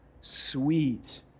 sweet